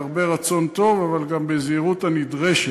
בהרבה רצון טוב אבל גם בזהירות הנדרשת,